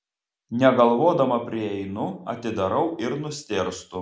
negalvodama prieinu atidarau ir nustėrstu